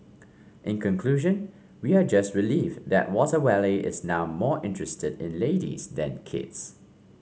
in conclusion we are just relieved that Water Wally is now more interested in ladies than kids